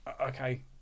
okay